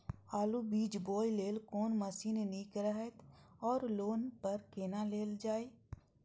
आलु बीज बोय लेल कोन मशीन निक रहैत ओर लोन पर केना लेल जाय?